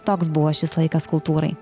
toks buvo šis laikas kultūrai